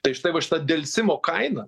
tai štai va šita delsimo kaina